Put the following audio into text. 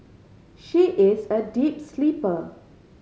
she is a deep sleeper